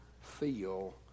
feel